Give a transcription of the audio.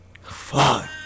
Fuck